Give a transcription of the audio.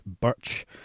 Birch